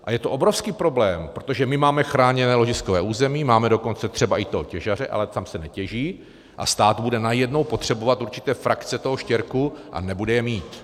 A je to obrovský problém, protože my máme chráněné ložiskové území, máme dokonce třeba i toho těžaře, ale tam se netěží, a stát bude najednou potřebovat určité frakce toho štěrku a nebude je mít.